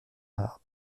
ward